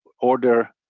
order